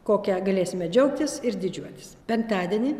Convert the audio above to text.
kokia galėsime džiaugtis ir didžiuotis penktadienį